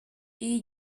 iyi